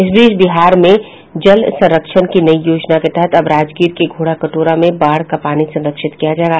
इस बीच बिहार में जल संरक्षण की नई योजना के तहत अब राजगीर के घोड़ाकटोरा में बाढ़ का पानी संरक्षित किया जायेगा